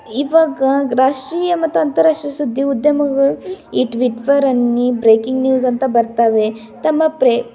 ಇವಾಗ ರಾಷ್ಟ್ರೀಯ ಮತ್ತು ಅಂತಾರಾಷ್ಟ್ರೀಯ ಸುದ್ದಿ ಉದ್ಯಮಗಳು ಈ ಟ್ವಿಟ್ವರ್ ಅನ್ನಿ ಬ್ರೇಕಿಂಗ್ ನ್ಯೂಸ್ ಅಂತ ಬರ್ತವೆ ತಮ್ಮ ಪ್ರೆ